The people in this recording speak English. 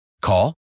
Call